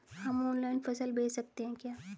हम ऑनलाइन फसल बेच सकते हैं क्या?